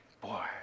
Boy